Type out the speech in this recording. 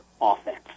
offense